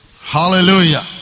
hallelujah